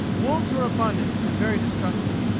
wolves were abundant and very destructive.